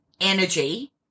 energy